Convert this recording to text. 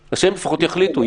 אז שהם לפחות יחליטו.